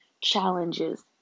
challenges